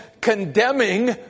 condemning